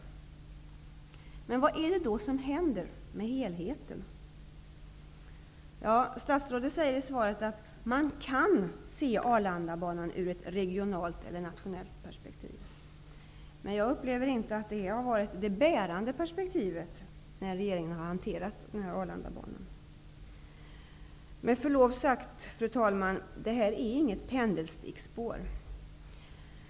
Vad händer då med helheten? Statsrådet säger i svaret att man kan se Arlandabanan ur ett regionalt eller nationellt perspektiv. Men jag upplever det inte som att detta har varit det bärande perspektivet när regeringen har hanterat frågan om Fru talman! Med förlov sagt: Detta är inte fråga om något pendelstickspår.